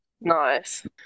Nice